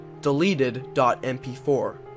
deleted.mp4